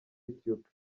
ethiopie